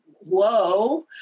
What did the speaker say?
whoa